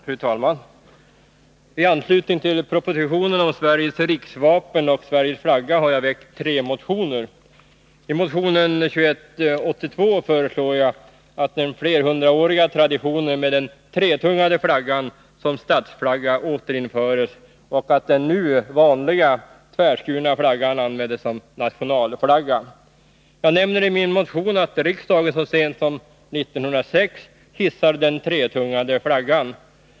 Fru talman! I anslutning till propositionen om Sveriges riksvapen och Sveriges flagga har jag väckt tre motioner. I motionen 2182 föreslår jag att den flerhundraåriga traditionen med den tretungade flaggan som statsflagga återinförs och att den nu vanliga tvärskurna flaggan används som nationalflagga. Jag nämner i min motion att riksdagen så sent som 1906 hissade den tretungade flaggan.